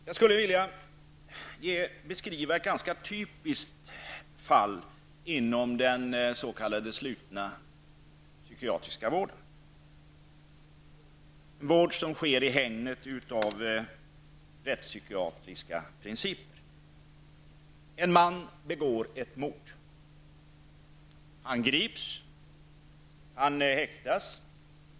Jag skulle vilja beskriva ett ganska typiskt fall inom den s.k. slutna psykiatriska vården. Det är den vård som sker i hägnet av rättspsykiatriska principer. En man begår ett mord. Han grips och häktas.